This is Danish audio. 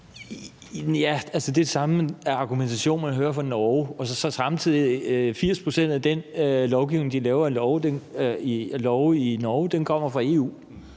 det er den samme argumentation, man hører fra Norge, og samtidig kommer 80 pct. af den lovgivning, de laver i Norge, fra EU.